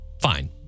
Fine